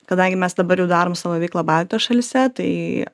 kadangi mes dabar jau darom savo veiklą baltijos šalyse tai